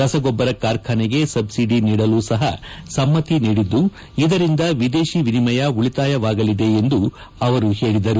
ರಸಗೊಬ್ಬರ ಕಾರ್ಖಾನೆಗೆ ಸಬ್ಲಡಿ ನೀಡಲು ಸಪ ಸಮ್ನಿ ನೀಡಿದ್ದು ಇದರಿಂದ ವಿದೇಶಿ ವಿನಿಯಮ ಉಳಿತಾಯವಾಗಲಿದೆ ಎಂದು ಆವರು ಹೇಳಿದರು